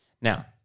Now